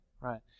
Right